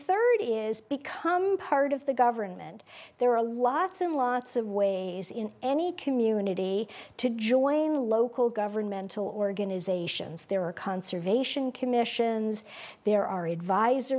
third is become part of the government there are lots and lots of ways in any community to join local governmental organisations there are conservation commissions there are advisor